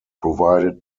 provided